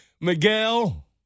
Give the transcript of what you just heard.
Miguel